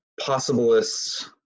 possibilists